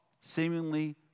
seemingly